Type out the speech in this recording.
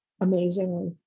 amazingly